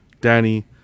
Danny